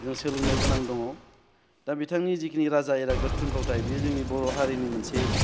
जों सोलोंनो गोनां द दा बिथांनि जिखिनि राजा इराग्दाव थुनफावथाय बेयो जोंनि बर' हारिनि मोनसे